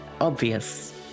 obvious